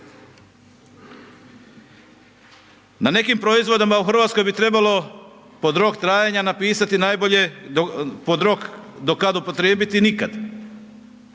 Na nekim proizvodima u Hrvatskoj bi trebalo pod rok trajanja napisati najbolje, pod rok do kad upotrijebiti nikad,